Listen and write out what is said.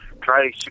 Try